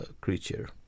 creature